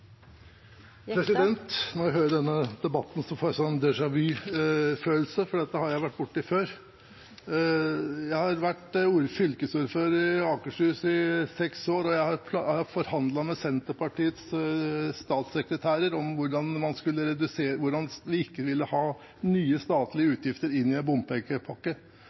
Når jeg hører denne debatten, får jeg en déjà vu-følelse, for dette har jeg borti før. Jeg har vært fylkesordfører i Akershus i seks år, og jeg har forhandlet med Senterpartiets statssekretærer om hvordan vi ikke ville ha nye, statlige utgifter inn i en